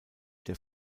der